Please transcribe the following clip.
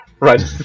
Right